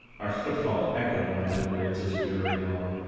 our footfall echoed on the metal grids as we hurried along.